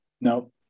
No